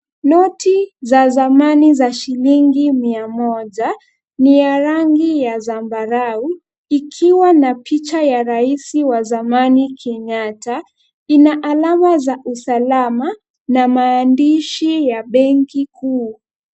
Noti za zamani za shilingi mia moja, ni ya rangi ya zambarau ikiwa na picha ya rais wa zamani Kenyatta, ina alama za usalama na maandishi ya benki kuu.